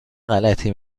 غلطی